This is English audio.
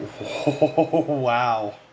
Wow